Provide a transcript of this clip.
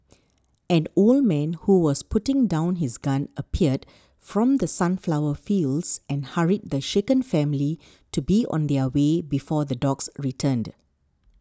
an old man who was putting down his gun appeared from the sunflower fields and hurried the shaken family to be on their way before the dogs returned